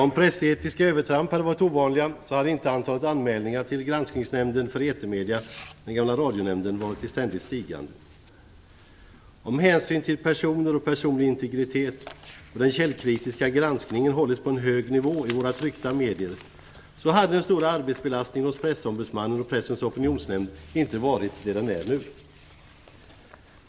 Om pressetiska övertramp hade varit ovanliga hade inte antalet anmälningar till Granskningsnämnden för etermedia, den gamla Radionämnden, varit i ständigt stigande. Om hänsyn till personer och personlig integritet och den källkritiska granskningen hållits på en hög nivå i våra tryckta medier hade den stora arbetsbelastningen hos Pressombudsmannen och Pressens Opinionsnämnd inte varit vad den nu är.